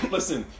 Listen